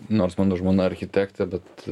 nors mano žmona architektė bet